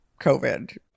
COVID